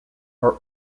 are